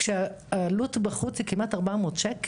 כשהעלות בחוץ היא כמעט 400 ₪.